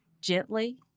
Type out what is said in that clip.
gently